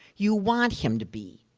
you want him to be.